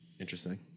interesting